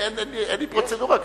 אין לי פרוצדורה כזאת.